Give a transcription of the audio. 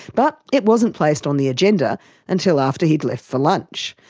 but it wasn't placed on the agenda until after he'd left for lunch.